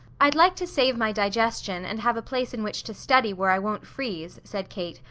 i'd like to save my digestion, and have a place in which to study, where i won't freeze, said kate,